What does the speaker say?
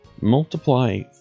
multiply